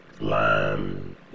lime